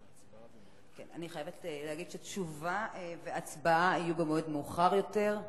אני חייבת להגיד שתשובה והצבעה יהיו במועד מאוחר יותר,